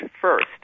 first